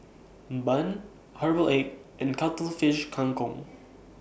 Bun Herbal Egg and Cuttlefish Kang Kong